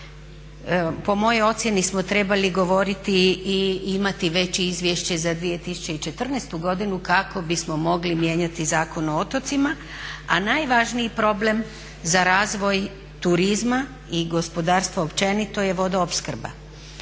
Po mojoj ocjeni smo trebali govoriti i imati već Izvješće za 2014. godinu kako bismo mogli mijenjati Zakon o otocima a najvažniji problem za razvoj turizma i gospodarstva općenito je vodoopskrba.